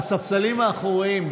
הספסלים האחוריים,